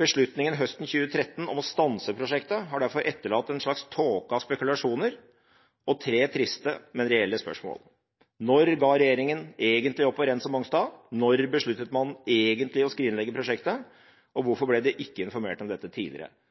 Beslutningen høsten 2013 om å stanse prosjektet har derfor etterlatt en slags tåke av spekulasjoner og tre triste, men reelle spørsmål: Når ga regjeringen egentlig opp å rense Mongstad? Når besluttet man egentlig å skrinlegge prosjektet? Hvorfor ble det ikke informert om dette tidligere?